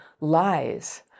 lies